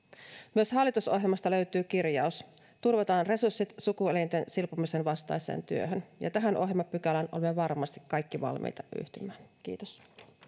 myös hallitusohjelmasta löytyy kirjaus turvataan resurssit sukuelinten silpomisen vastaiseen työhön ja tähän ohjelmapykälään olemme varmasti kaikki valmiita yhtymään kiitos